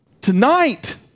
Tonight